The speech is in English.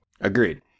Agreed